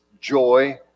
joy